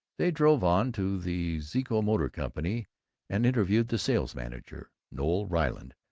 they drove on to the zeeco motor company and interviewed the sales-manager, noel ryland,